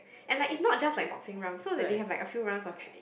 and like is not just like boxing round so that they have like a few rounds actually